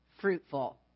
fruitful